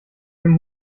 dem